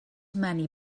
many